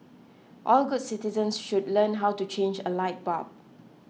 all good citizens should learn how to change a light bulb